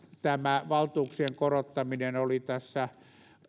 tämä valtuuksien korottaminen oli tässä